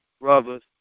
brothers